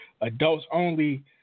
adults-only